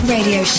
Radio